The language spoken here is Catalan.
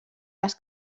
les